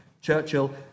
Churchill